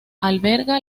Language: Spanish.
alberga